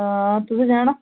हां तुसें जाना